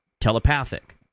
telepathic